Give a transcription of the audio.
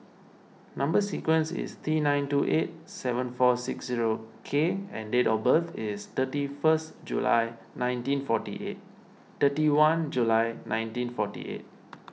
Number Sequence is T nine two eight seven four six zero K and date of birth is thirty first July nineteen forty eight thirty one July nineteen forty eight